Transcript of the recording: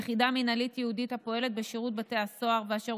יחידה מינהלית ייעודית הפועלת בשירות בתי הסוהר ואשר